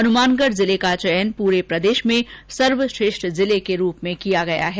हनुमानगढ जिले का चयन पूरे प्रदेश में सर्वश्रेष्ठ जिले के रूप में किया गया है